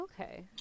Okay